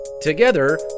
Together